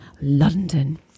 London